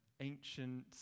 ancient